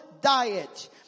diet